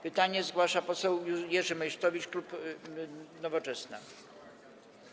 Pytanie zgłasza poseł Jerzy Meysztowicz, klub Nowoczesna.